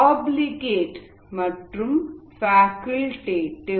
obligate மற்றும் facultative